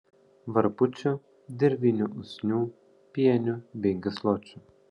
varpučių dirvinių usnių pienių bei gysločių